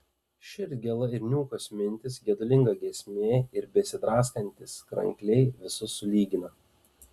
širdgėla ir niūkios mintys gedulinga giesmė ir besidraskantys krankliai visus sulygina